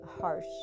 harsh